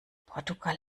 portugal